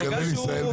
לא.